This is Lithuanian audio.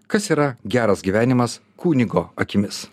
kas yra geras gyvenimas kunigo akimis